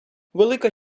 велика